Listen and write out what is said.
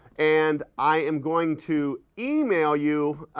and i am going to email you